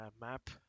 map